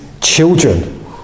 children